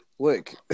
Look